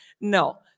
No